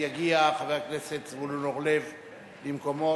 יגיע חבר הכנסת זבולון אורלב למקומו,